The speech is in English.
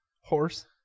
Horse